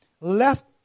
left